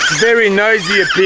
very noisy, a